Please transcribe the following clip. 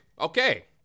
Okay